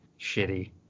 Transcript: shitty